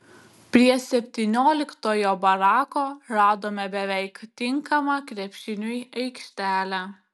prie septynioliktojo barako radome beveik tinkamą krepšiniui aikštelę